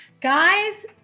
Guys